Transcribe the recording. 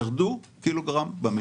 את זה שמענו.